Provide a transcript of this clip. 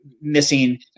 missing